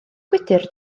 gwydr